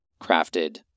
crafted